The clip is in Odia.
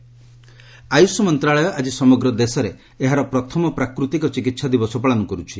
ନାଏକ୍ ନେଚରୋପାଥି ଆୟୁଷ ମନ୍ତ୍ରଣାଳୟ ଆଜି ସମଗ୍ର ଦେଶରେ ଏହାର ପ୍ରଥମ ପ୍ରାକୃତିକ ଚିକିତ୍ସା ଦିବସ ପାଳନ କରୁଛି